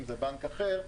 אם זה בנק אחר,